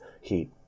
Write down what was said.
Heat